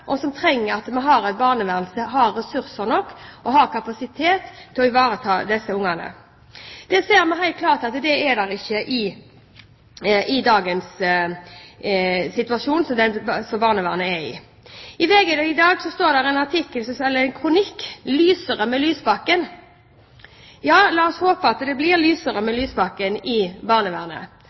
og som trenger at vi har et barnevern som har ressurser nok og kapasitet til å ivareta dem. Det ser vi helt klart ikke er tilfellet i dagens situasjon i barnevernet. I VG i dag står det en kronikk, «Lysere med Lysbakken?». Ja, la oss håpe det blir lysere i barnevernet med Lysbakken,